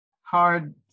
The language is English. hard